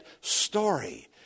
story